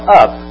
up